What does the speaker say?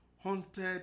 haunted